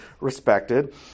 respected